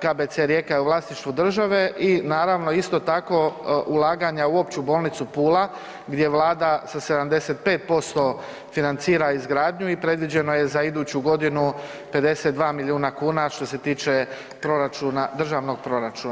KBC Rijeka je u vlasništvu države i naravno isto tako ulaganja u Opću bolnicu Pula gdje Vlada sa 75% financira izgradnju i predviđeno je za iduću godinu 52 miliona kuna što se tiče proračuna, državnog proračuna.